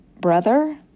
brother